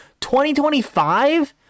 2025